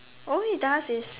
all he does is